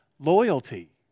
Loyalty